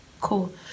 cool